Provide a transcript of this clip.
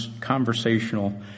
conversational